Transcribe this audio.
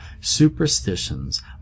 Superstitions